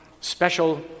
special